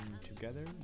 Together